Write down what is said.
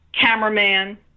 Cameraman